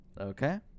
Okay